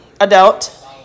adult